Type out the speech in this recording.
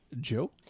Joe